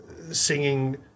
singing